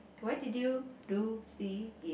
why did you do see eat